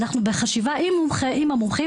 אנחנו בחשיבה עם המומחים.